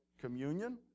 communion